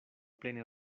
plene